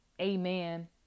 Amen